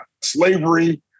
Slavery